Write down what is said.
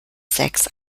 sechs